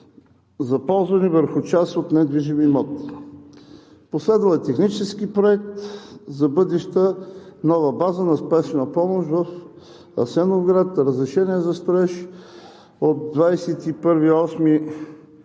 за ползване върху част от недвижим имот. Последвал е технически проект за бъдеща нова база на Спешна помощ в Асеновград, разрешение за строеж от 21